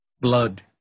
blood